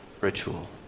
ritual